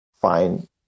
fine